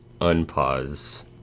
unpause